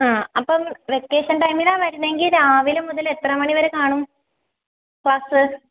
ആ അപ്പം വെക്കേഷൻ ടൈമിലാണ് വരുന്നതെങ്കിൽ രാവിലെ മുതൽ എത്ര മണിവരെ കാണും ക്ലാസ്